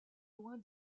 loin